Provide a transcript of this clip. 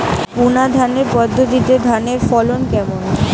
বুনাধানের পদ্ধতিতে ধানের ফলন কেমন?